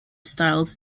styles